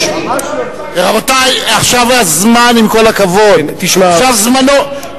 רבותי, עכשיו הזמן, עם כל הכבוד, עכשיו זמנו,